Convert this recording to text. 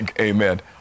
Amen